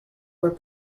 were